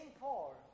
Paul